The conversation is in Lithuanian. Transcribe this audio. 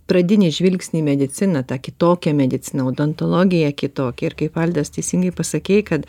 pradinį žvilgsnį į mediciną tą kitokią mediciną odontologiją kitokią ir kaip valdas teisingai pasakei kad